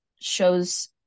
shows